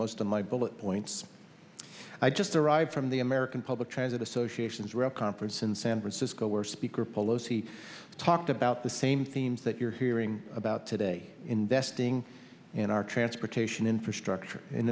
most of my bullet points i just arrived from the american public transit association's rep conference in san francisco where speaker pelosi talked about the same themes that you're hearing about today investing in our transportation infrastructure and